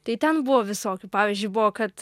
tai ten buvo visokių pavyzdžiui buvo kad